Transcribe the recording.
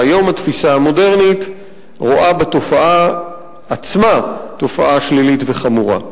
והיום התפיסה המודרנית רואה בתופעה עצמה תופעה שלילית וחמורה.